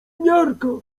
miarka